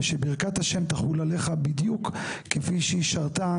ושברכבת השם תחול עליך בדיוק כפי שהיא שרתה